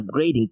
upgrading